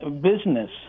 business